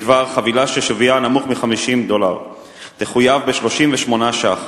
חבילה ששוויה נמוך מ-50 דולר תחויב ב-38 שקלים,